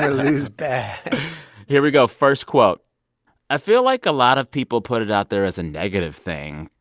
lose bad here we go. first quote i feel like a lot of people put it out there as a negative thing.